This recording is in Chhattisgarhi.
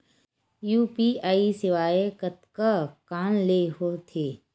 यू.पी.आई सेवाएं कतका कान ले हो थे?